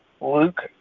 Luke